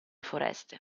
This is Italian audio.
foreste